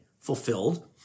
fulfilled